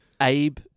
Abe